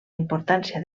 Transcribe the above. importància